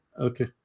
Okay